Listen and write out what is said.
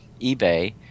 eBay